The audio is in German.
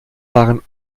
waren